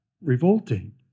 revolting